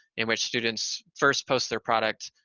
in which students first post their product,